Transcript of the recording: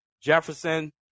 Jefferson